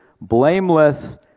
blameless